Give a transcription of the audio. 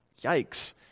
yikes